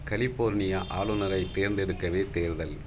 California ஆளுநரைத் தேர்ந்தெடுக்கவே தேர்தல்